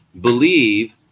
believe